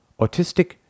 autistic